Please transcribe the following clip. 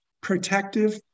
protective